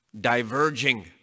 diverging